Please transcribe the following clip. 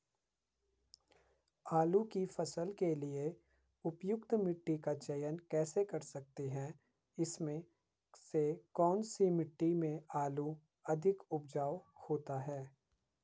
आलू की फसल के लिए उपयुक्त मिट्टी का चयन कैसे कर सकते हैं इसमें से कौन सी मिट्टी में आलू अधिक उपजाऊ होता है?